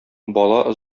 бала